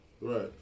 Right